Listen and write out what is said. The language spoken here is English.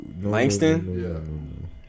Langston